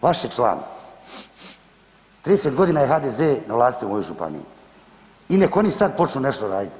Vaš je član, 30 godina je HDZ na vlasti u mojoj županiji i nek' oni sad počnu nešto raditi.